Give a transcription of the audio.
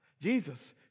Jesus